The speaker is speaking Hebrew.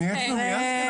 נעשית סלומינסקי?